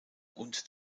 und